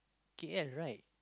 K_L right